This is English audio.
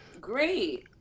Great